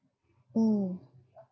mm